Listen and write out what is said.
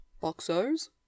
Boxers